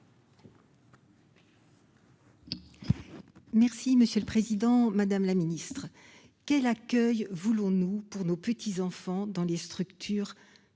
Merci, monsieur le Président Madame la Ministre quel accueil voulons-nous pour nos petits-enfants dans les structures